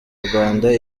rwanda